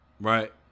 right